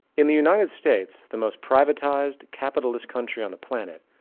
in the united states, the most privatised, capitalist country on the planet,